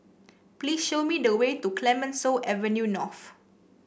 please show me the way to Clemenceau Avenue North